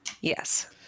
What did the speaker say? yes